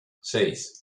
seis